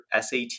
SAT